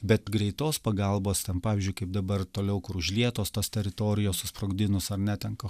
bet greitos pagalbos ten pavyzdžiui kaip dabar toliau kur užlietos tos teritorijos susprogdinus ar ne ten ko